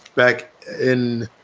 back in,